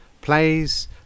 plays